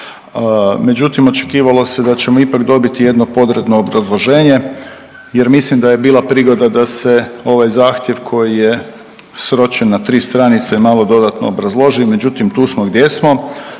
Međutim, očekivalo se da ćemo ipak dobiti jedno podrobno obrazloženje jer mislim da je bila prigoda se ovaj zahtjev koji je sročen na tri stranice i malo dodatno obrazloži, međutim tu smo gdje smo.